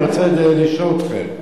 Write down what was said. אני רוצה לשאול אתכם.